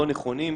לא נכונים,